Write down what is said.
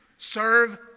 Serve